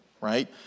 Right